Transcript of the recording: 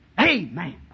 Amen